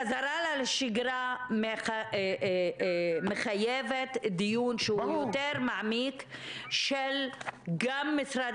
חזרה לשגרה מחייבת דיון יותר מעמיק גם של משרד